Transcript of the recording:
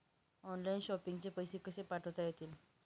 Online shopping चे पैसे कसे पाठवता येतील?